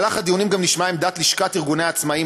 בדיונים גם נשמעה עמדת לשכת ארגוני העצמאים,